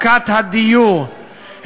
מכת הדיור,